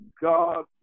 God